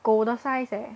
狗的 size eh